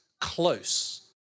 close